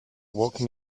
woke